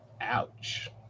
ouch